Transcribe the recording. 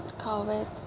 COVID